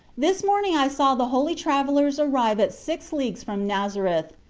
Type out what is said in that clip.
this morning i saw the holy travellers arrive at six leagues from nazareth,